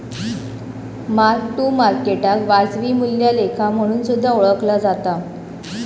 mark to मार्केटाक वाजवी मूल्या लेखा म्हणून सुद्धा ओळखला जाता